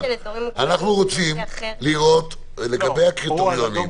אנחנו רוצים לראות לגבי הקריטריונים.